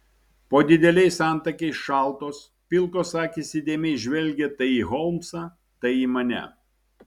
po dideliais antakiais šaltos pilkos akys įdėmiai žvelgė tai į holmsą tai į mane